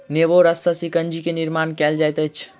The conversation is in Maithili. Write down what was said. नेबो रस सॅ शिकंजी के निर्माण कयल जाइत अछि